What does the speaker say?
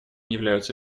являются